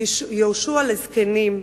ויהושע לזקנים,